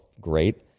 great